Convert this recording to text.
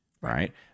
right